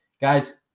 guys